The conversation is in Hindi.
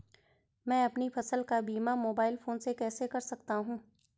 मैं अपनी फसल का बीमा मोबाइल फोन से कैसे कर सकता हूँ?